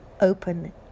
open